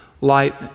light